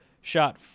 shot